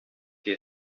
see